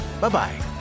Bye-bye